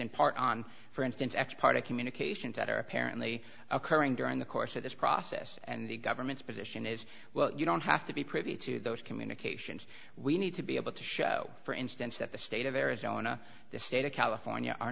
in part on for instance x part of communications that are apparently occurring during the course of this process and the government's position is well you don't have to be privy to those communications we need to be able to show for instance that the state of arizona the state of california are